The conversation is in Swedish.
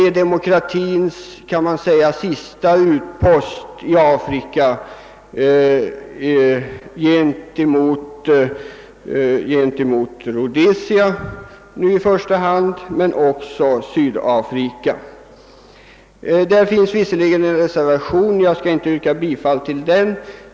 Man kan säga att Zambia är demokratins sista utpost i Afrika mot i första hand Rhodesia men också Sydafrikanska unionen. Det har visserligen avlämnats en reservation i denna fråga, men jag skall inte yrka bifall till den.